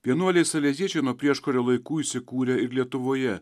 vienuoliai saleziečiai nuo prieškario laikų įsikūrę ir lietuvoje